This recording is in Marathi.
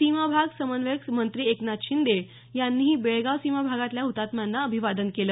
सीमा भाग समन्वयक मंत्री एकनाथ शिंदे यांनीही बेळगाव सीमा भागातल्या हुतात्म्यांना अभिवादन केलं